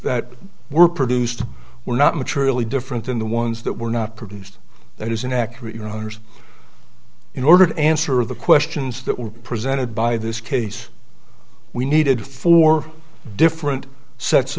that were produced were not materially different than the ones that were not produced that is an accurate your honour's in order to answer the questions that were presented by this case we needed four different se